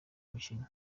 mukino